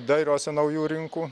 dairosi naujų rinkų